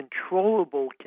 controllable